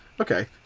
Okay